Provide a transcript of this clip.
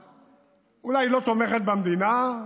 אולי היא לא תומכת במדינה,